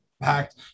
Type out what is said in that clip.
impact